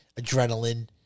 adrenaline